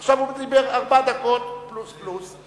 עכשיו הוא דיבר ארבע דקות פלוס פלוס.